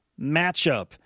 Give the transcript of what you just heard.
matchup